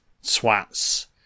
Swats